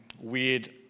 weird